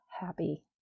happy